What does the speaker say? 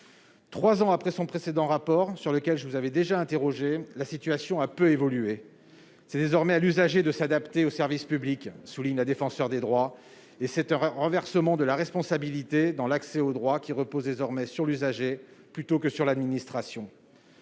3 ans après son précédent rapport sur lequel je vous avez déjà interrogé la situation, a peu évolué, c'est désormais à l'usager de s'adapter aux service public souligne la défenseur des droits, et c'est heureux renversement de la responsabilité dans l'accès aux droits qui repose désormais sur l'usager plutôt que sur l'administration.